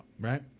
Right